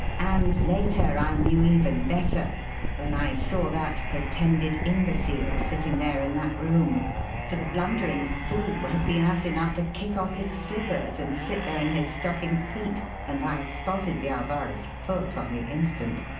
and later, i knew even better when i saw that pretended imbecile sitting there in that room for the blundering fool had been ass enough to kick off his slippers and sit there in his stocking feet, and i spotted the alvarez foot on the instant.